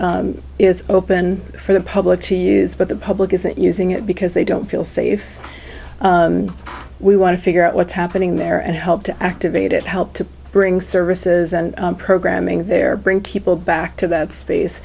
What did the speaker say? is open for the public to use but the public isn't using it because they don't feel safe we want to figure out what's happening there and help to activate it help to bring services and programming there bring people back to that space